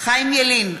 חיים ילין,